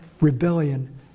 rebellion